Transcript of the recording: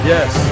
Yes